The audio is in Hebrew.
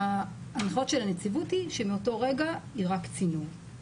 ההנחיות של הנציבות הן שמאותו רגע היא רק צינור.